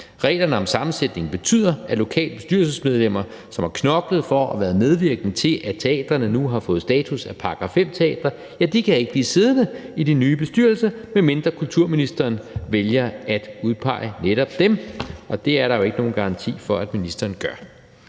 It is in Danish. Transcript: Reglerne om sammensætningen betyder, at lokale bestyrelsesmedlemmer, som har knoklet for at være medvirkende til, at teatrene nu har fået status af § 5-teatre, ikke kan blive siddende i de nye bestyrelser, medmindre kulturministeren vælger at udpege netop dem, og det er der jo ikke nogen garanti for at ministeren gør.